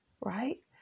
right